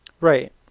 right